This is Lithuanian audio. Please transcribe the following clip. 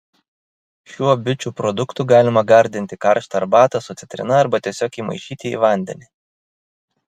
šiuo bičių produktu galima gardinti karštą arbatą su citrina arba tiesiog įmaišyti į vandenį